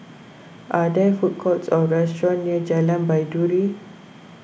are there food courts or restaurants near Jalan Baiduri